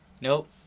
Nope